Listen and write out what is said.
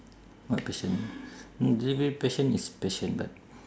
what passion delivery passion is passion but